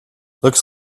looks